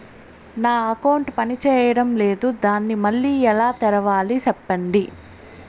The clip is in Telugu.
నా అకౌంట్ పనిచేయడం లేదు, దాన్ని మళ్ళీ ఎలా తెరవాలి? సెప్పండి